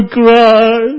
cry